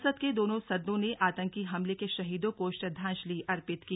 संसद के दोनों सदनों ने आतंकी हमले के शहीदों को श्रद्वांजलि अर्पित की